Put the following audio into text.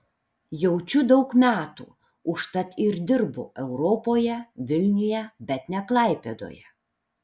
jaučiu daug metų užtat ir dirbu europoje vilniuje bet ne klaipėdoje